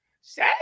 Say